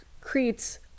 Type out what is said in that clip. creates